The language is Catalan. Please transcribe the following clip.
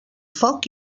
foc